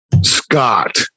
Scott